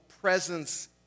presence